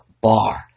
bar